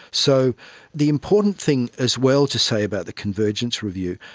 so the important thing as well to say about the convergence review,